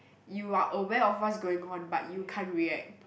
you are aware of what's going on but you can't react